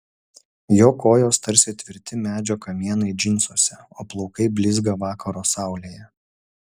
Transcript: jo kojos tarsi tvirti medžio kamienai džinsuose o plaukai blizga vakaro saulėje